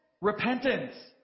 Repentance